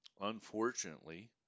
Unfortunately